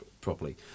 properly